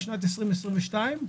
שנת 2022,